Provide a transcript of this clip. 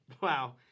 wow